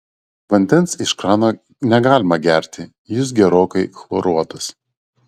vandens iš krano negalima gerti jis gerokai chloruotas